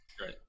Right